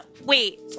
Wait